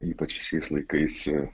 ypač šiais laikais